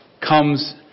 comes